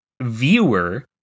viewer